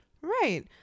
Right